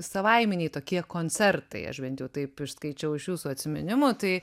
savaiminiai tokie koncertai aš bent jau taip išskaičiau iš jūsų atsiminimų tai